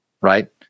Right